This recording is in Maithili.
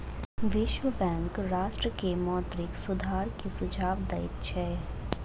विश्व बैंक राष्ट्र के मौद्रिक सुधार के सुझाव दैत छै